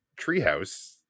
treehouse